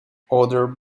other